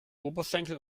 oberschenkel